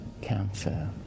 cancer